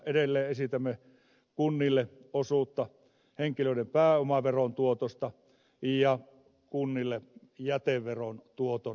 edelleen esitämme kunnille osuutta henkilöiden pääomaveron tuotosta ja kunnille jäteveron tuoton siirtämistä